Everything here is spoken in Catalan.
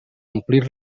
omplir